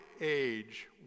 age